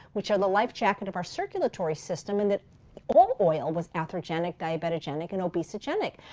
which are the life jacket of our circulatory system and that all oil was atherogenic, diabetogenic, and obesogenic.